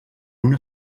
una